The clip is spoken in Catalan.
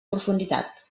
profunditat